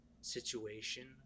situation